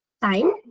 time